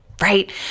right